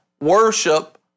worship